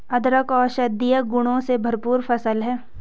अदरक औषधीय गुणों से भरपूर फसल है